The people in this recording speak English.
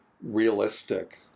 realistic